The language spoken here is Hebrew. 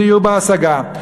דיור בר-השגה.